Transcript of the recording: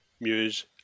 Muse